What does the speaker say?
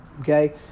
Okay